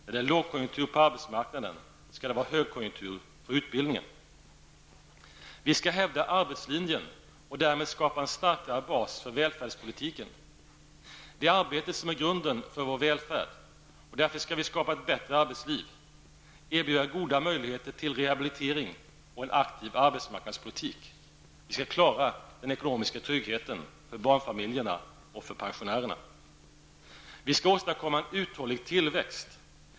När det är lågkonjunktur på arbetsmarknaden skall det vara högkonjunktur på utbildningens område. Vi skall hävda arbetslinjen och därmed skapa en starkare bas för välfärdspolitiken. Arbetet är grunden för vår välfärd. Vi skall därför skapa ett bättre arbetsliv och erbjuda goda möjligheter till rehabilitering och en aktiv arbetsmarknadspolitik. Vi skall klara den ekonomiska tryggheten för barnfamiljerna och pensionärerna. Vi skall åstadkomma en uthållig tillväxt.